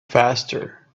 faster